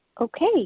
Okay